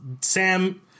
Sam